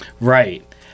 Right